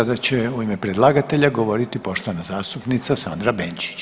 Sada će u ime predlagatelja govoriti poštovana zastupnica Sandra Benčić.